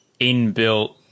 inbuilt